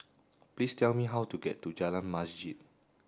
please tell me how to get to Jalan Masjid